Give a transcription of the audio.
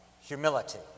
humility